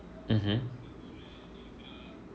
mmhmm